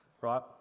Right